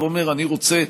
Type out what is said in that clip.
אתה בא ואומר: אני רוצה,